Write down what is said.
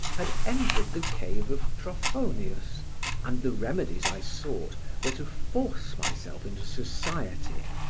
had entered the cave of trophonius and the remedies i sought were to force myself into society,